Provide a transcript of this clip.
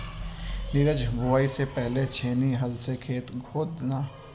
नीरज बुवाई से पहले छेनी हल से खेत खोद देना